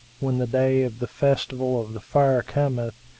when the day of the festival of the fire cometh,